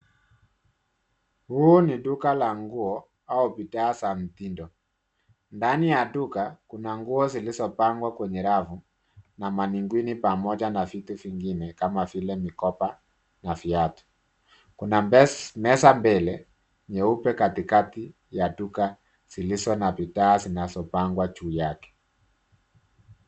Huu ni duka la nguo au bidhaa za mtindo, ndani ya duka kuna nguo zilizo pangwa kwenye rafu na manequin pamoja na vitu vingine kama vile mikoba na viatu. Kuna meza mbele nyeupe katika ya duka zilizo na bidhaa zinazo pangwa juu yake.